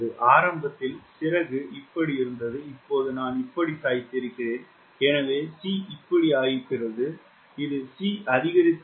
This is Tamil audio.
ஆரம்பத்தில் சிறகு இப்படி இருந்தது இப்போது நான் இப்படி சாய்ந்திருக்கிறேன் எனவே c இப்படி ஆகிறது இது c அதிகரித்துள்ளது